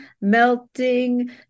melting